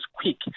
quick